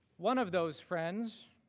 one of those friends